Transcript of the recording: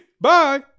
Bye